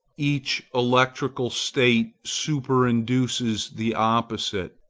each electrical state superinduces the opposite.